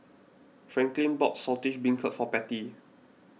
Franklyn bought Saltish Beancurd for Patty